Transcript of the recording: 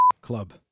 club